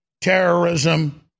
Terrorism